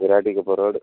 Viratti Kuppam road